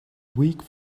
weak